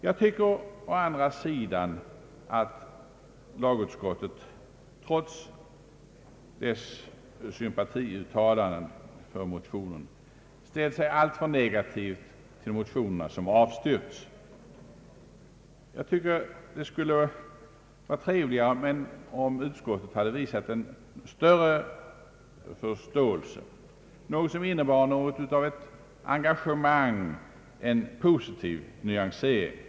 Jag tycker å andra sidan att lagutskottet trots sitt sympatiuttalande ställt sig alltför negativt till motionerna som avstyrkts. Jag tycker att det skulle varit trevligare om utskottet visat större förståelse, något som innebär ett engagemang, en positiv nyansering.